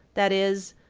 that is,